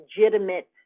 legitimate